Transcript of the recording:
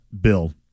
Bill